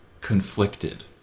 conflicted